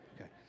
okay